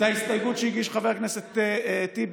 הייתה הסתייגות שהגיש חבר הכנסת טיבי,